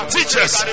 Teachers